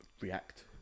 react